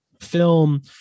film